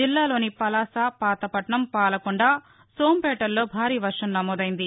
జిల్లాలోని పలాస పాతపట్నం పాలకొండ సోంపేటల్లో భారీ వర్షం నమోదైంది